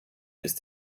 ist